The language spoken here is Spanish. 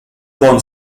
von